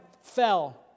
fell